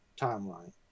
timeline